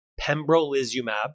Pembrolizumab